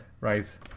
Right